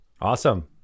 awesome